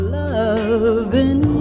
loving